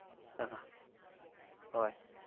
ꯑꯥ ꯍꯣꯏ